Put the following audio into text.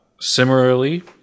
Similarly